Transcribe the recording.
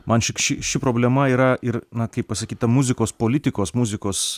man šik ši ši problema yra ir na kaip pasakyt ta muzikos politikos muzikos